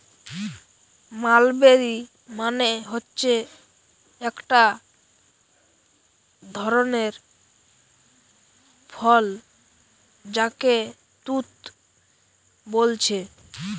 mulberry মানে হচ্ছে একটা ধরণের ফল যাকে তুত বোলছে